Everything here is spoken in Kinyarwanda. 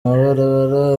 mabarabara